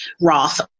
Roth